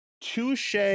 Touche